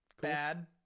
bad